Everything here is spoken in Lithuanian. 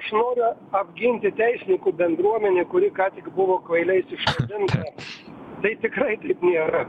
aš noriu apginti teisininkų bendruomenę kuri ką tik buvo kvailiais išvadinta tai tikrai taip nėra